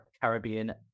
caribbean